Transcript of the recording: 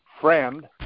friend